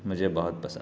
مجھے بہت پسند ہے